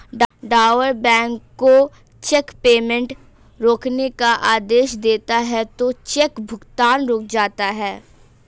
drawer bank को cheque payment रोकने का आदेश देता है तो चेक भुगतान रुक जाता है